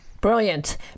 Brilliant